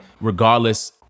regardless